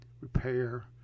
repair